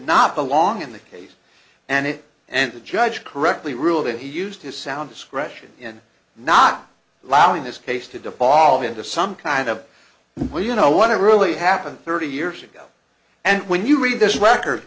not belong in the case and it and the judge correctly ruled that he used his sound discretion in not allowing this case to dipali into some kind of where you know what really happened thirty years ago and when you read this record